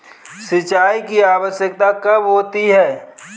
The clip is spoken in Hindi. सिंचाई की आवश्यकता कब होती है?